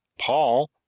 Paul